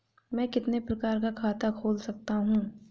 मैं कितने प्रकार का खाता खोल सकता हूँ?